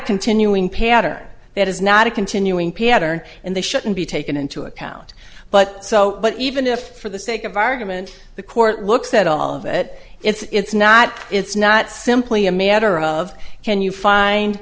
continuing pattern that is not a continuing pattern and they shouldn't be taken into account but so even if for the sake of argument the court looks at all of it it's not it's not simply a matter of can you find